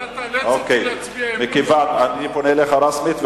אני פונה אליך רשמית,